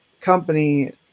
company